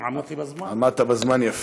עמדתי בזמן?